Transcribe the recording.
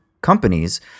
companies